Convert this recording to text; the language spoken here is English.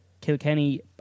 Kilkenny